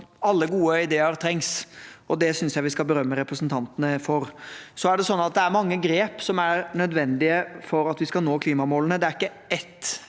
alle gode ideer trengs – det synes jeg vi skal berømme representantene for. Det er mange grep som er nødvendige for at vi skal nå klimamålene. Det er ikke ett